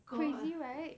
crazy right